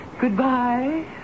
Goodbye